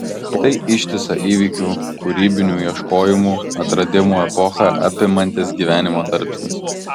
tai ištisą įvykių kūrybinių ieškojimų atradimų epochą apimantis gyvenimo tarpsnis